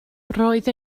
roedd